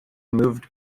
moved